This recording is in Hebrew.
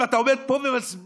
ואתה עומד פה ומסביר: